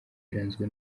yaranzwe